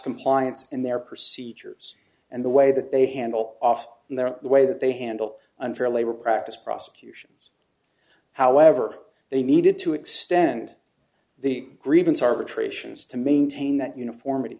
compliance and their procedures and the way that they handle off in their the way that they handle unfair labor practice prosecution however they needed to extend the grievance arbitrations to maintain that uniformity